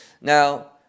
Now